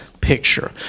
picture